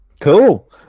Cool